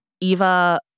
Eva